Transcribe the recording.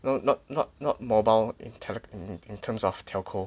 well not not not mobile in ter~ in terms of Telco